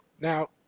Now